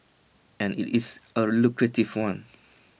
and IT is A lucrative one